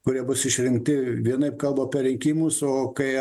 kurie bus išrinkti vienaip kalba apie rinkimus o kai